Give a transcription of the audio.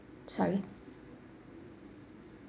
sorry